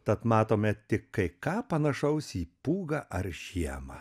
tad matome tik kai ką panašaus į pūgą ar žiemą